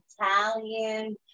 Italian